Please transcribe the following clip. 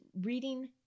reading